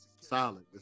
Solid